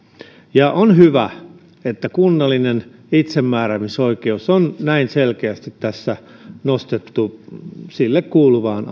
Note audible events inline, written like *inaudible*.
ja on hyvä että kunnallinen itsemääräämisoikeus on näin selkeästi tässä nostettu sille kuuluvaan *unintelligible*